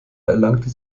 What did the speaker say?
erlangte